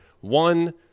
One